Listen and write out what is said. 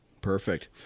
Perfect